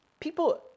people